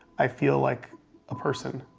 i feel like a person,